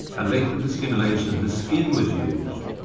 electrical stimulation of the skin was used,